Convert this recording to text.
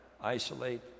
isolate